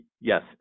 yes